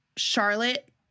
Charlotte